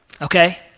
okay